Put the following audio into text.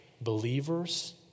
Believers